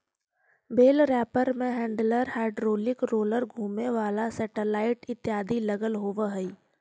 बेल wrapper में handler, hydraulic roller, घुमें वाला सेटेलाइट इत्यादि लगल होवऽ हई